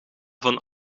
van